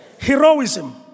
heroism